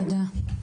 תודה.